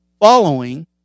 following